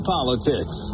Politics